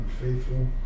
unfaithful